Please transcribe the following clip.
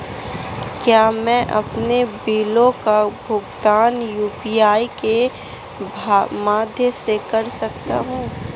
क्या मैं अपने बिलों का भुगतान यू.पी.आई के माध्यम से कर सकता हूँ?